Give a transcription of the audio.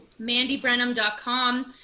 MandyBrenham.com